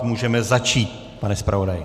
Můžeme začít, pane zpravodaji.